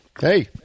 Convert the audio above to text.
Hey